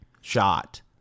shot